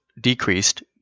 decreased